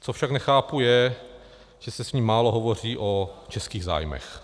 Co však nechápu, je, že se s ní málo hovoří o českých zájmech.